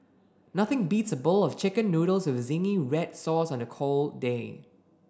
nothing beats a bowl of chicken noodles with zingy red sauce on a cold day